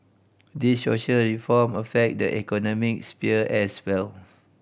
the social reform affect the economic sphere as well